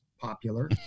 popular